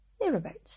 thereabouts